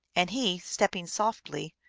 and he, stepping softly,